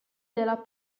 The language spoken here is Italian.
della